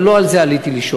אבל לא על זה עליתי לשאול.